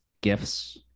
gifts